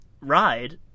Ride